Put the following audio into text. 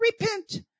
repent